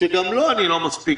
שגם איתו אני לא מסכים